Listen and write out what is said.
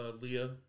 Leah